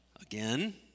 again